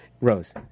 Rose